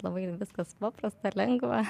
labai viskas paprasta lengva